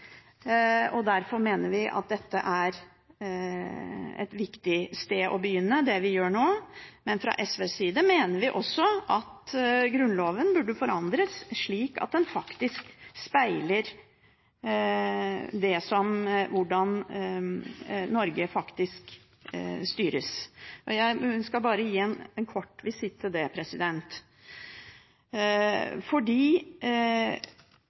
og derfor mener vi at det vi gjør nå, er et viktig sted å begynne. Fra SVs side mener vi at Grunnloven burde forandres slik at den speiler hvordan Norge faktisk styres, og jeg skal bare gjøre en kort visitt til det: Fordi